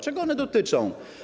Czego one dotyczą?